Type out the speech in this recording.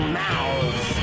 mouths